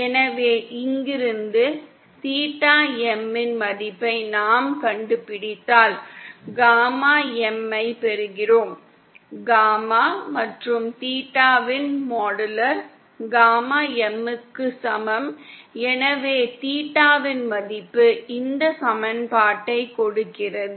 எனவே இங்கிருந்து theta M இன் மதிப்பை நாம் கண்டுபிடித்தால் காமா Mஐ பெறுகிறோம் காமா மற்றும் தீட்டாவின் மாடுலர் காமா M க்கு சமம் எனவே தீட்டாவின் மதிப்பு இந்த சமன்பாட்டைக் கொடுக்கிறது